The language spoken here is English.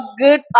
good